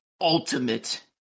ultimate